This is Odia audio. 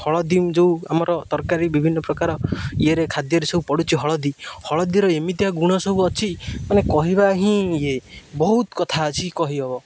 ହଳଦୀ ଯେଉଁ ଆମର ତରକାରୀ ବିଭିନ୍ନ ପ୍ରକାର ଇଏରେ ଖାଦ୍ୟରେ ସବୁ ପଡ଼ୁଛି ହଳଦୀ ହଳଦୀର ଏମିତିଆ ଗୁଣ ସବୁ ଅଛି ମାନେ କହିବା ହିଁ ଇଏ ବହୁତ କଥା ଅଛି କହିହେବ